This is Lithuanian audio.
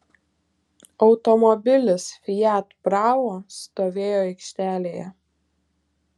automobilis fiat bravo stovėjo aikštelėje